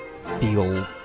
feel